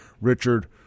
Richard